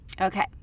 Okay